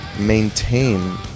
maintain